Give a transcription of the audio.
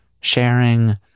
sharing